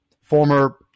former